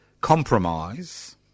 compromise